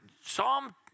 Psalm